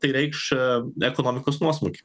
tai reikš ekonomikos nuosmukį